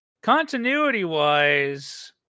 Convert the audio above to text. continuity-wise